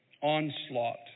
onslaught